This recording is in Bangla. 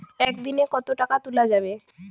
একদিন এ কতো টাকা তুলা যাবে?